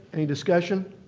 any discussion?